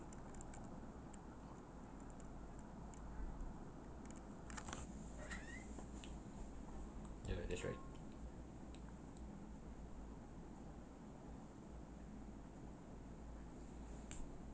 yeah that's right